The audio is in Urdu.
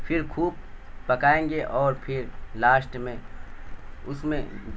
پھر خوب پکائیں گے اور پھر لاسٹ میں اس میں